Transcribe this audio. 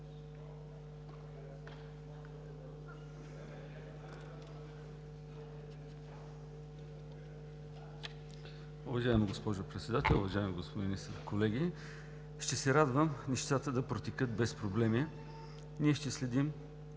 Уважаема госпожо Председател, уважаеми господин Министър, колеги! Ще се радвам нещата да протекат без проблеми. Ние ще следим,